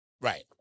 Right